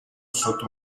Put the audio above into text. sotto